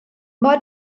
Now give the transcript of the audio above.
mor